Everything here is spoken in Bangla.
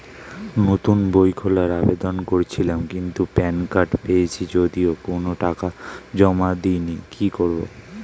নতুন বই খোলার আবেদন করেছিলাম কিন্তু প্যান কার্ড পেয়েছি যদিও কোনো টাকা জমা দিইনি কি করব?